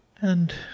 And